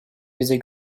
bize